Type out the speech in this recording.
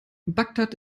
bagdad